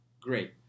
great